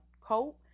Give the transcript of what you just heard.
coat